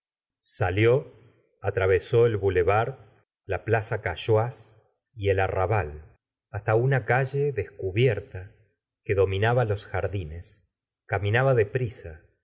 salió atravesó el boulevard la plaza cauchoise y el arrabal hasta una calle descubierta que dominaba los jardines caminaba de prisa